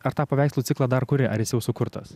ar tą paveikslų ciklą dar kuri ar jis jau sukurtas